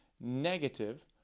negative